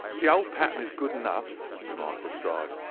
the old pattern is good enough, remarked lestrade,